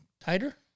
tighter